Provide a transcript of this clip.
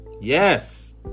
Yes